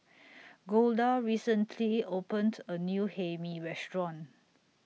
Golda recently opened A New Hae Mee Restaurant